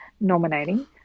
nominating